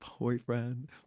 boyfriend